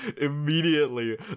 immediately